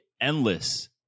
endless